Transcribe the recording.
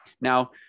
Now